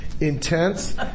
intense